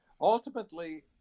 Ultimately